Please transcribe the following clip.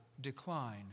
decline